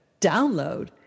download